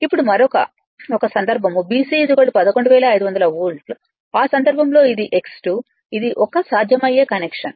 ఇప్పుడు మరొక ఒక సందర్భం BC 11500 వోల్ట్లు ఆ సందర్భంలో ఇది X2 ఇది ఒకసాధ్యమయ్యే కనెక్షన్